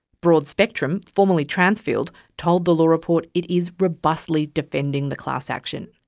broadspectrum, formerly transfield, told the law report it is robustly defending the class action.